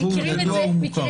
זה ידוע ומוכר.